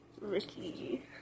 Ricky